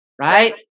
right